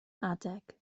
adeg